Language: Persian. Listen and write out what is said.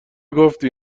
گفتی